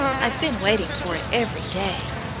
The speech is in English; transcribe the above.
i've been waiting for it every day.